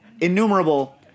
innumerable